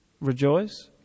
rejoice